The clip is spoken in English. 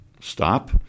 stop